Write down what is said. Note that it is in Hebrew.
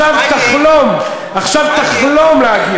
ראיתי